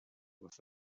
with